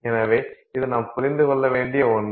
எனவே இது நாம் புரிந்து கொள்ள வேண்டிய ஒன்று